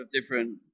different